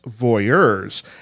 voyeurs